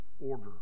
order